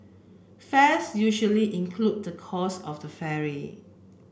fares usually include the cost of the ferry